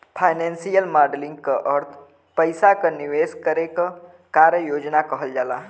financial modelling क अर्थ पइसा क निवेश करे क कार्य योजना कहल जाला